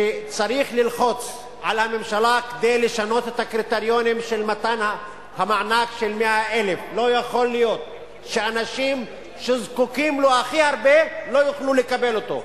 שצריך ללחוץ על הממשלה לשנות את הקריטריונים של מתן המענק של 100,000. לא יכול להיות שהאנשים שזקוקים לו הכי הרבה לא יוכלו לקבל אותו.